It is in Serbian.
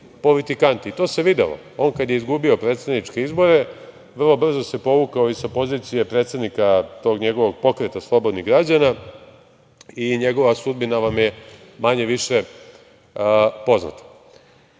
To se videlo. On kada je izgubio predsedničke izbore, vrlo brzo se povukao i sa pozicije predsednika tog njegovog Pokreta slobodnih građana i njegova sudbina vam je manje-više poznata. Ima